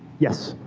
yes,